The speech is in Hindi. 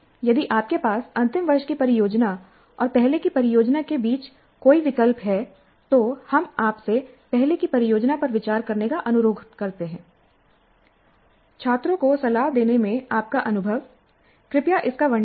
यदि आपके पास अंतिम वर्ष की परियोजना और पहले की परियोजना के बीच कोई विकल्प है तो हम आपसे पहले की परियोजना पर विचार करने का अनुरोध करते हैंI छात्रों को सलाह देने में आपका अनुभव कृपया इसका वर्णन करें